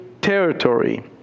territory